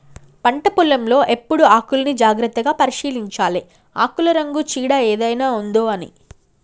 పంట పొలం లో ఎప్పుడు ఆకుల్ని జాగ్రత్తగా పరిశీలించాలె ఆకుల రంగు చీడ ఏదైనా ఉందొ అని